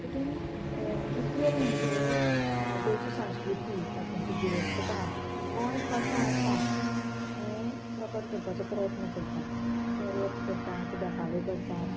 तितून मुखेल म्हणजे गोंयची संस्कृती तातूंतली गिरेस्तकाय गोंय कशें आसा हें प्रकट करपाचो प्रयत्न करता ते रथ करता देखावे करता